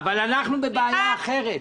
אבל אנחנו בבעיה אחרת,